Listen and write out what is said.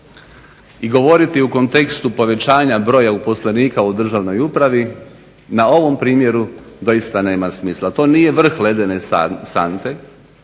i govoriti u kontekstu povećanja broja uposlenika u državnoj upravi na ovom primjeru doista nema smisla. To nije vrh ledene sante,